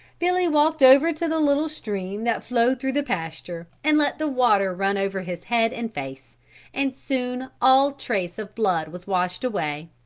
billy walked over to the little stream that flowed through the pasture and let the water run over his head and face and soon all trace of blood was washed away,